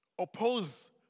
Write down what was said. oppose